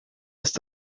ist